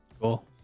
Cool